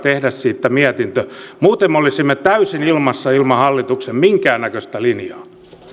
ja tehdä siitä mietintö muuten me olisimme täysin ilmassa ilman hallituksen minkäännäköistä linjaa